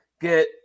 get